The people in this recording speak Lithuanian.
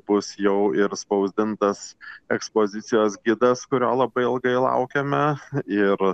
bus jau ir spausdintas ekspozicijos gidas kurio labai ilgai laukėme ir